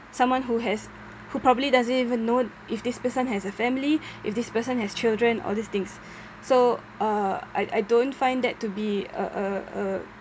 someone who has who probably doesn't even know if this person has a family if this person has children all these things so uh I I don't find that to be uh uh uh